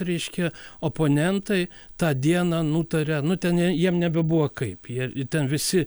reiškia oponentai tą dieną nutarė nu ten jiem nebebuvo kaip jie ten visi